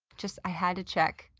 just, i had to check.